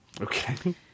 Okay